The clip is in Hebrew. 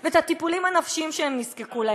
בעבר ואת הטיפולים הנפשיים שהם נזקקו להם.